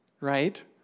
right